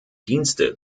dienste